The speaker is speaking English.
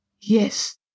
Yes